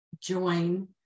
join